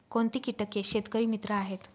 कोणती किटके शेतकरी मित्र आहेत?